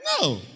no